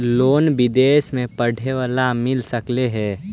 Loan विदेश में पढ़ेला मिल सक हइ?